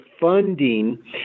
funding